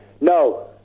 No